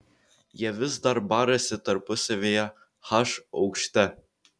jie vis dar barasi tarpusavyje h aukšte